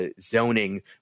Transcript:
zoning